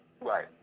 Right